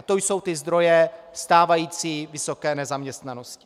To jsou zdroje stávající vysoké nezaměstnanosti.